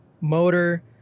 motor